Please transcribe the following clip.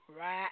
right